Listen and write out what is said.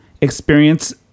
experience